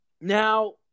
Now –